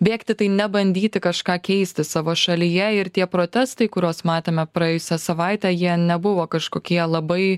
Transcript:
bėgti tai ne bandyti kažką keisti savo šalyje ir tie protestai kuriuos matėme praėjusią savaitę jie nebuvo kažkokie labai